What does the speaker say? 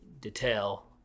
detail